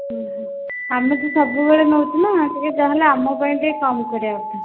ଆମେ ତ ସବୁବେଳେ ନେଉଛୁ ନା ଟିକିଏ ଯାହା ହେଲେ ଆମ ପାଇଁ ଟିକିଏ କମ୍ କରିବା କଥା